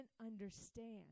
understand